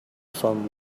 some